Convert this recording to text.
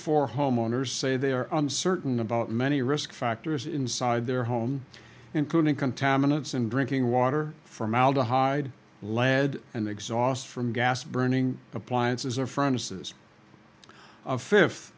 four homeowners say they are uncertain about many risk factors inside their home including contaminants in drinking water from aldehyde lead and exhaust from gas burning appliances a friend says a fifth